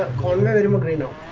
ah condominium, but you know